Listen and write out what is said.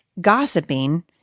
gossiping